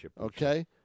Okay